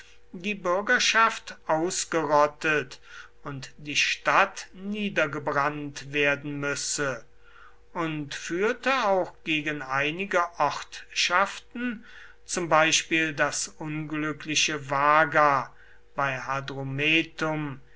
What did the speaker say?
die bürgerschaft ausgerottet und die stadt niedergebrannt werden müsse und führte auch gegen einige ortschaften zum beispiel das unglückliche vaga bei